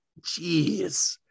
Jeez